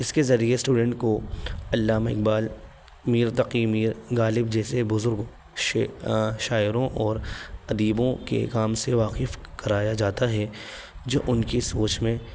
اس کے ذریعے اسٹوڈنٹ کو علامہ اقبال میر تقی میر غالب جیسے بزرگ شاعروں اور ادیبوں کے کام سے واقف کرایا جاتا ہے جو ان کی سوچ میں